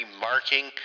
marking